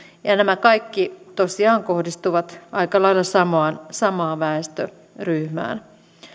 ja nämä kaikki tosiaan kohdistuvat aika lailla samaan väestöryhmään